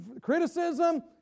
criticism